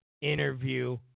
interview